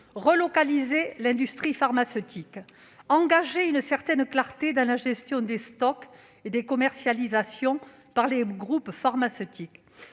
relocaliser l'industrie pharmaceutique, deuxièmement, d'engager une démarche de clarté dans la gestion des stocks et des commercialisations par les groupes pharmaceutiques,